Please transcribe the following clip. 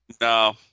No